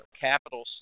capital